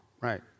right